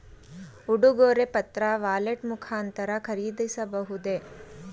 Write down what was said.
ಉಡುಗೊರೆ ಪತ್ರ ವ್ಯಾಲೆಟ್ ಮುಖಾಂತರ ಖರೀದಿಸಬಹುದೇ?